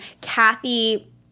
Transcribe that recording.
Kathy